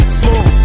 smooth